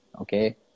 Okay